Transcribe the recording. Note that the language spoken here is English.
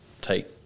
take